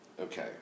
okay